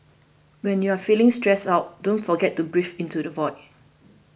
when you are feeling stressed out don't forget to breathe into the void